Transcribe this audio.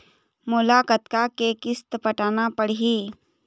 मोला कतका के किस्त पटाना पड़ही?